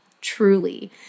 Truly